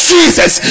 Jesus